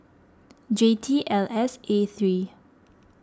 J T L S A three